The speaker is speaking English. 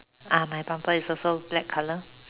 ah my bumper is also black color